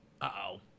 Uh-oh